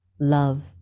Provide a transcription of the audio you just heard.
love